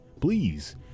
Please